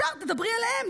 ישר תדברי אליהם,